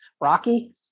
Rocky